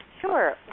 Sure